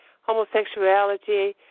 homosexuality